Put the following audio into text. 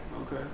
Okay